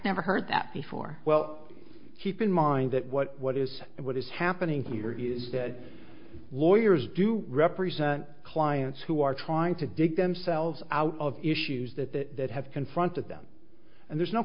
never heard that before well keep in mind that what what is it what is happening here is that lawyers do represent clients who are trying to dig themselves out of issues that that have confronted them and there's no